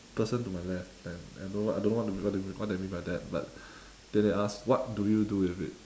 person to my left then I don't know what I don't know what what do they mean by that then they ask what do you do with it